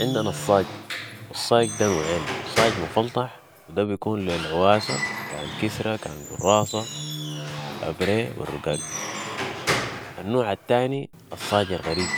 عندنا الصاج والصاج ده نوعين ، صاج مفلطح و ده بيكون للعواسة كان كسرة كان قراصة و الابري و الرقاق. النوع التاني الصاج الغريق